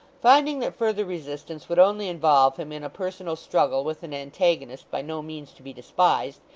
finding that further resistance would only involve him in a personal struggle with an antagonist by no means to be despised,